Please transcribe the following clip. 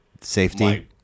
safety